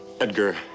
Edgar